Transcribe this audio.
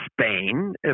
Spain